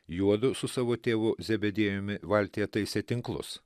juodu su savo tėvu zebediejumi valtyje taisė tinklus